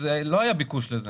לא היה ביקוש לזה.